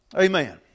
Amen